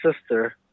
sister